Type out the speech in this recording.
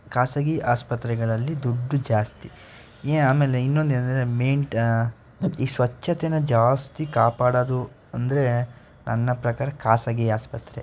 ಖಾಸಗಿ ಆಸ್ಪತ್ರೆಗಳಲ್ಲಿ ದುಡ್ಡು ಜಾಸ್ತಿ ಏ ಆಮೇಲೆ ಇನ್ನೊಂದು ಏನಂದರೆ ಮೇಂಟ್ ಈ ಸ್ವಚ್ಚತೆನ ಜಾಸ್ತಿ ಕಾಪಡೋದು ಅಂದರೆ ನನ್ನ ಪ್ರಕಾರ ಖಾಸಗಿ ಆಸ್ಪತ್ರೆ